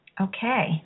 Okay